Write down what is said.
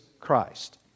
Christ